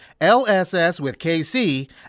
lsswithkc